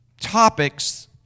topics